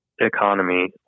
economy